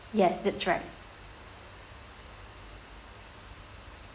yes that's right